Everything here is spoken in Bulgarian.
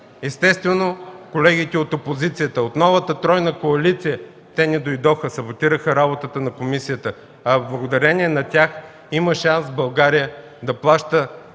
естествено, колегите от опозицията, от новата тройна коалиция не идваха, саботираха работата на комисията. Благодарение на тях има шанс България да плаща